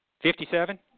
Fifty-seven